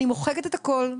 אני מוחקת את הכול,